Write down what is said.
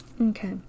Okay